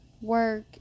Work